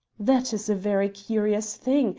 that is a very curious thing,